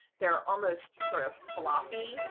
they're almost sort of floppy,